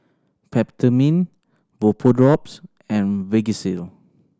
Peptamen Vapodrops and Vagisil